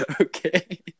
okay